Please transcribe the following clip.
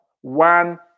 one